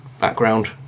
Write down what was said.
background